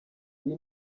iyi